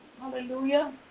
Hallelujah